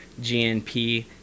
GNP